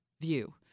view